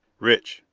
rich,